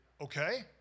Okay